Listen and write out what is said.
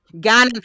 Gan